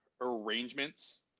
arrangements